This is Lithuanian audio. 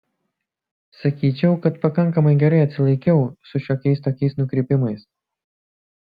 sakyčiau kad pakankamai gerai atsilaikiau su šiokiais tokiais nukrypimais